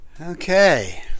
Okay